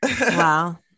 Wow